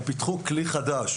הם פיתחו כלי חדש.